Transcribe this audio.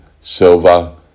silver